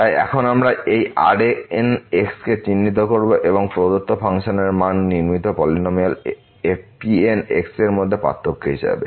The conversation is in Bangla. তাই এখন আমরা এই Rn কে চিহ্নিত করব প্রদত্ত ফাংশনের মান এবং নির্মিত পলিনমিয়াল Pn এরমধ্যে পার্থক্য হিসাবে